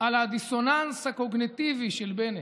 על הדיסוננס הקוגניטיבי של בנט,